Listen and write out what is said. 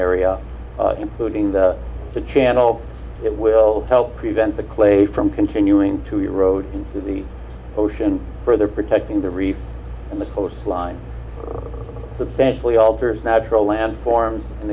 area including the the channel it will help prevent the clay from continuing to erode into the ocean further protecting the reef and the coastline the bank lee alters natural land forms an